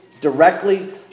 directly